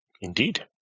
Indeed